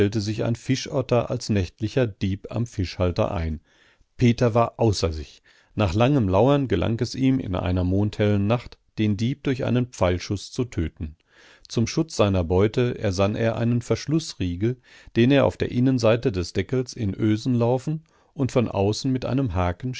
sich ein fischotter als nächtlicher dieb am fischhalter ein peter war außer sich nach langem lauern gelang es ihm in einer mondhellen nacht den dieb durch einen pfeilschuß zu töten zum schutz seiner beute ersann er einen verschlußriegel den er auf der innenseite des deckels in ösen laufen und von außen mit einem haken